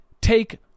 take